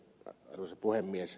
arvoisa puhemies